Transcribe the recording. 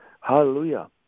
hallelujah